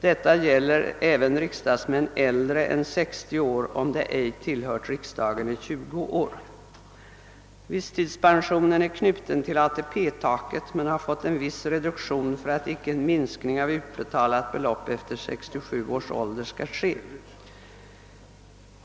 Detta gäller även riksdagsmän, äldre än 60 år, om de ej tillhört riksdagen i 20 år. Visstidspensionen är knuten till ATP taket men har fått en viss reduktion för att inte en minskning av utbetalat belopp efter 67 års ålder skall ske.